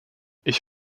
ich